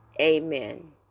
amen